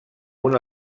una